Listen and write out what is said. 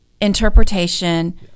interpretation